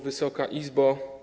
Wysoka Izbo!